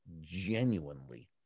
genuinely